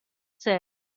said